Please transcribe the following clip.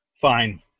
Fine